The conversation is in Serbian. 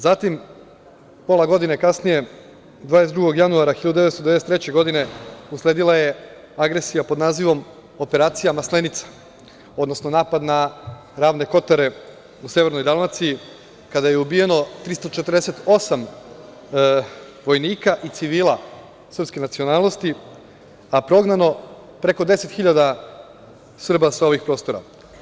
Zatim, pola godine kasnije, 22. januara 1993. godine usledila je agresija pod nazivom "Operacija Maslenica", odnosno napad na Ravne kotare u severnoj Dalmaciji, kada je ubijeno 348 vojnika i civila srpske nacionalnosti, a prognano preko 10.000 Srba sa ovih prostora.